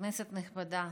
כנסת נכבדה,